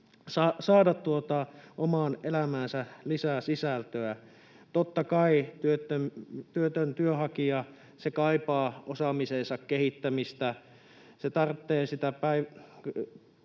saada omaan elämäänsä lisää sisältöä. Totta kai työtön työnhakija kaipaa osaamiseensa kehittämistä, ja hän tarvitsee osaamisen